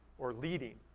or leading,